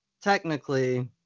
technically